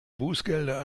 bußgelder